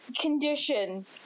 condition